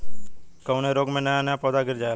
कवने रोग में नया नया पौधा गिर जयेला?